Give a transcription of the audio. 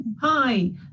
Hi